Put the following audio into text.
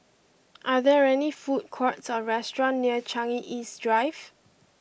are there any food courts or restaurants near Changi East Drive